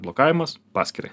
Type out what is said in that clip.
blokavimas paskyrai